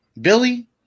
Billy